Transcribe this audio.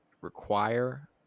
require